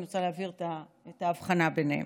אני רוצה להבהיר את ההבחנה ביניהן.